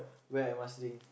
where Marsiling